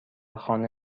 خانه